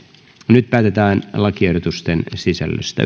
nyt päätetään lakiehdotusten sisällöstä